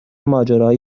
ماجراهایی